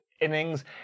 innings